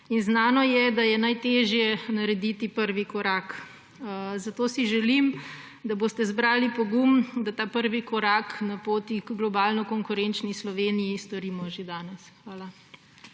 Znano je, da je najtežje narediti prvi korak, zato si želim, da boste zbrali pogum, da ta prvi korak na poti k globalno konkurenčni Sloveniji storimo že danes. Hvala.